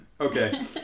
Okay